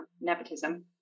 Nepotism